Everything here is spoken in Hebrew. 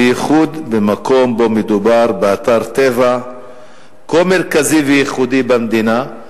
בייחוד שמדובר באתר טבע כה מרכזי וייחודי במדינה,